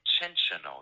intentional